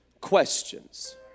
questions